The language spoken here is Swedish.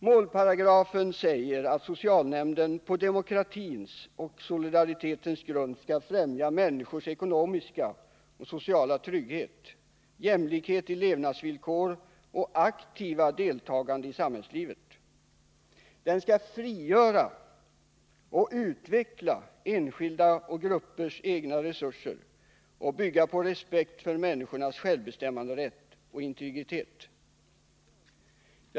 Målparagrafen säger att socialnämnden på demokratins och solidaritetens grund skall främja människors ekonomiska och sociala trygghet, jämlikhet i levnadsvillkor och aktiva deltagande i samhällslivet. Den skall frigöra och utveckla enskildas och gruppers egna resurser och bygga på respekt för människornas självbestämmanderätt och integritet.